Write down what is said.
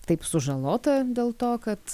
taip sužalota dėl to kad